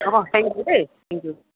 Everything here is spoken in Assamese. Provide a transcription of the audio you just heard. অঁ থেংক ইউ দেই থেংক ইউ